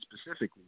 specifically